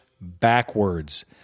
backwards